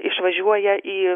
išvažiuoja į